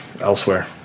elsewhere